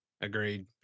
Agreed